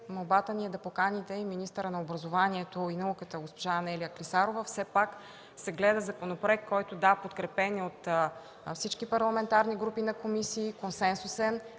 молбата ми да поканите министъра на образованието и науката госпожа Анелия Клисарова. Все пак се гледа законопроект, който – да, подкрепен е от всички парламентарни групи, в комисиите, консенсусен